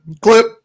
clip